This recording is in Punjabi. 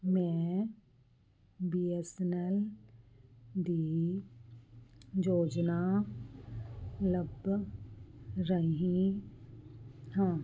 ਮੈਂ ਬੀ ਐਸ ਐਨ ਐਲ ਦੀ ਯੋਜਨਾ ਲੱਭ ਰਹੀ ਹਾਂ